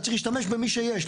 והיה צריך להשתמש במי שיש,